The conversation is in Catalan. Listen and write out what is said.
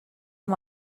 amb